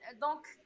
Donc